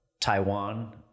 Taiwan